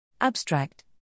Abstract